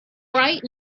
bright